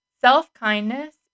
Self-kindness